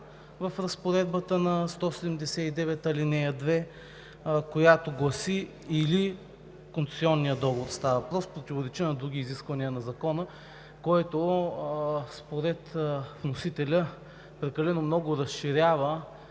в разпоредбата на чл. 179, ал. 2, която гласи: или – за концесионния договор става въпрос – противоречи на други изисквания на закона, което според вносителя прекалено много разширява